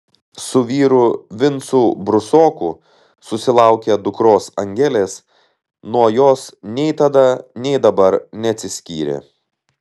su vyru vincu brusoku susilaukė dukros angelės nuo jos nei tada nei dabar neatsiskyrė